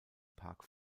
park